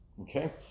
okay